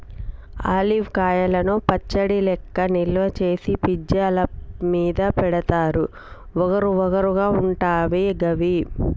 olive కాయలను పచ్చడి లెక్క నిల్వ చేసి పిజ్జా ల మీద పెడుతారు వగరు వగరు గా ఉంటయి గివి